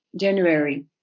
January